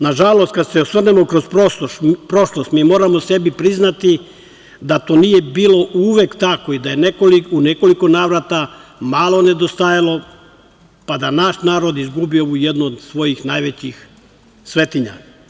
Nažalost, kada se osvrnemo kroz prošlost mi moramo sebi priznati da to nije bilo uvek tako i da je u nekoliko navrata malo nedostajalo, pa da naš narod izgubi ovu jednu od svojih najvećih svetinja.